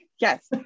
yes